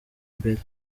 mbere